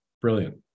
Brilliant